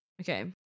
Okay